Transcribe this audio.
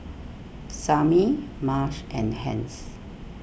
Samie Marsh and Hence